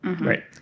Right